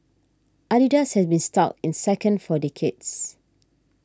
Adidas has been stuck in second for decades